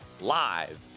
live